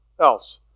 else